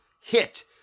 hit